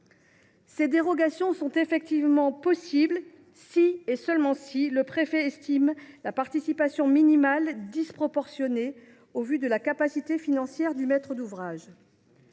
Ces dérogations sont en effet possibles si, et seulement si, le préfet juge la participation minimale disproportionnée au vu de la capacité financière du maître d’ouvrage.